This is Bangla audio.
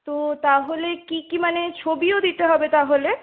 তো তাহলে কী কী মানে ছবিও দিতে হবে তাহলে